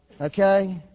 Okay